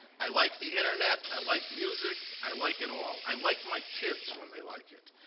i like the internet. i like music. i like it all. i like my kids when they like it.